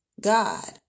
God